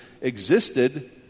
existed